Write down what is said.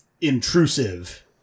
intrusive